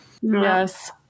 Yes